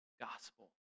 gospel